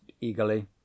eagerly